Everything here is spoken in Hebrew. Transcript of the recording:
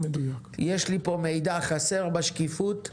יש לי פה מידע חסר בשקיפות,